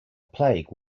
plague